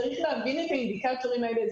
צריך להבין את האינדיקטורים האלה,